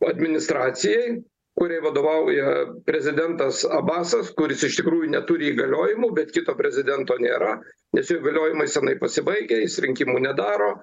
administracijai kuriai vadovauja prezidentas abasas kuris iš tikrųjų neturi įgaliojimų bet kito prezidento nėra nes jo įgaliojimai senai pasibaigę jis rinkimų nedaro